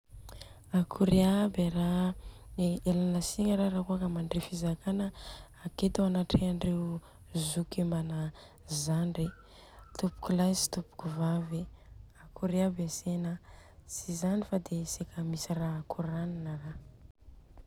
Akory aby ara, ialana tsigny ara rakôa mandre fizakana eketo anatrehandreo zoky ambana zandry, tompoko lay sy tompoko vavy, akory aby antsena, tsy zany fa sekai misy ra koranina ara.